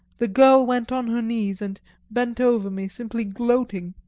the girl went on her knees, and bent over me, simply gloating.